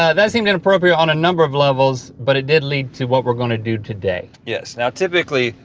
ah that seemed inappropriate on a number of levels but it did lead to what we're gonna do today. yes, now typically,